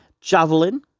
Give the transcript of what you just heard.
javelin